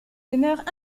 demeure